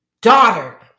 daughter